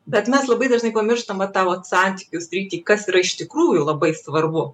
bet mes labai dažnai pamirštam vat tą vat santykių sritį kas iš tikrųjų labai svarbu